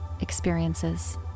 experiences